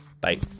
Bye